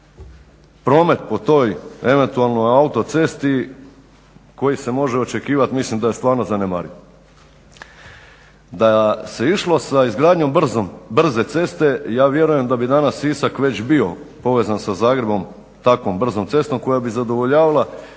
promet po toj eventualno autocesti koji se može očekivat mislim da je stvarno zanemariv. Da se išlo sa izgradnjom brze ceste, ja vjerujem da bi danas već Sisak bio povezan sa Zagrebom takvom brzom cestom koja bi zadovoljavala